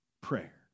prayer